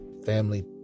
family